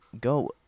go